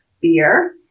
beer